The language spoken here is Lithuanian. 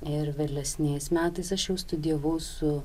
ir vėlesniais metais aš jau studijavau su